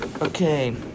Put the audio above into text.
Okay